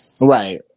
right